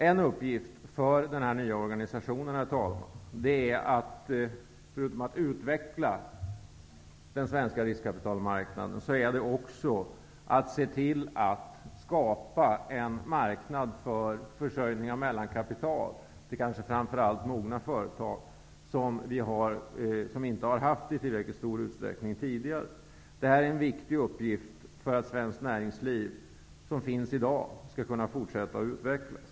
En uppgift för den nya organisationen är, förutom att utveckla den svenska riskkapitalmarknaden, att se till att det skapas en marknad för försörjning av mellankapital till framför allt de mogna företag som inte tidigare har haft någon sådan marknad. Detta är en viktig uppgift för att dagens svenska näringsliv skall kunna fortsätta att utvecklas.